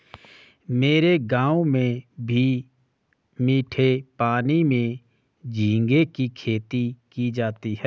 मेरे गांव में भी मीठे पानी में झींगे की खेती की जाती है